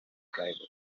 driver